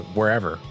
Wherever